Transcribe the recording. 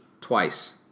twice